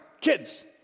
kids